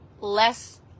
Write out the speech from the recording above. less